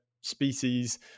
species